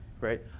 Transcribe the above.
right